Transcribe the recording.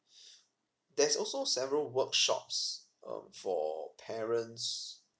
that's also several workshops um for parents